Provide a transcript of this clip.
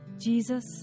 Jesus